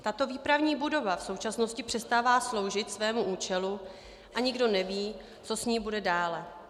Tato výpravní budova v současnosti přestává sloužit svému účelu a nikdo neví, co s ní bude dále.